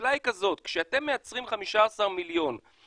השאלה היא זאת: כשאתם מייצרים 15 מיליון חיסונים,